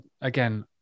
Again